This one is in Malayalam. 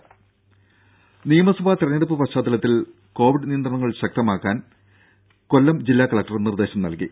ദേദ നിയമസഭാ തിരഞ്ഞെടുപ്പ് പശ്ചാത്തലത്തിൽ കോവിഡ് നിയന്ത്രണങ്ങൾ കർശനമാക്കാൻ കൊല്ലം ജില്ലാ കലക്ടർ നിർദ്ദേശം നൽകി